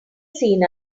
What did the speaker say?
seen